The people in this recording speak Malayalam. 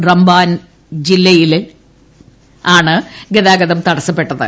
റാംബാൻ ജില്ലയിലാണ് ഗതാഗതം തടസ്സപ്പെട്ടത്